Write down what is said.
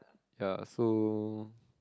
ya so